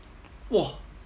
!wah!